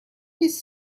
his